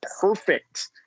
perfect